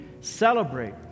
celebrate